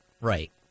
right